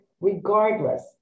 regardless